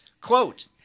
Quote